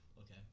Okay